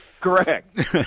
Correct